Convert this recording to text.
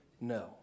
no